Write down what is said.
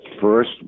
first